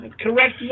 correct